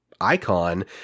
icon